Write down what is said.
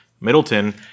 Middleton